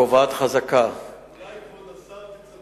הקובעת חזקה, אולי, כבוד השר,